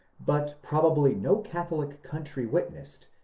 but probably no catholic country witnessed,